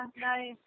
nice